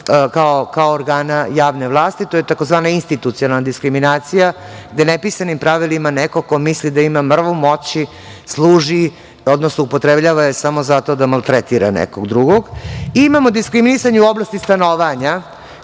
kao organa javne vlasti, to je tzv. institucionalna diskriminacija, gde nepisanim pravilima neko ko misli da ima mrvu moći služi, odnosno upotrebljava je samo zato da maltretira nekog drugog. Imamo diskriminisanje u oblasti stanovanja